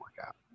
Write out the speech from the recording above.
workout